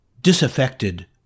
disaffected